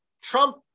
Trump